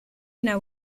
una